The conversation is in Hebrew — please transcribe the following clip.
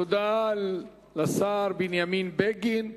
תודה לשר בנימין בגין.